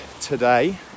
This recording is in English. today